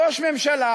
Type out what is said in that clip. ראש ממשלה